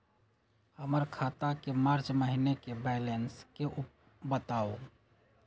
हमर खाता के मार्च महीने के बैलेंस के बताऊ?